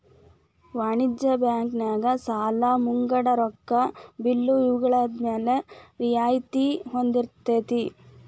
ವಾಣಿಜ್ಯ ಬ್ಯಾಂಕ್ ನ್ಯಾಗ ಸಾಲಾ ಮುಂಗಡ ರೊಕ್ಕಾ ಬಿಲ್ಲು ಇವ್ಗಳ್ಮ್ಯಾಲೆ ರಿಯಾಯ್ತಿ ಹೊಂದಿರ್ತೆತಿ